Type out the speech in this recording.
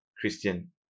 Christian